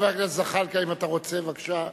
חבר הכנסת זחאלקה, אם אתה רוצה, בבקשה.